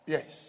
Yes